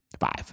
five